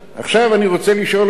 עכשיו אני רוצה לשאול אותך,